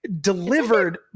delivered